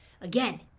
Again